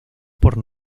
por